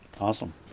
Awesome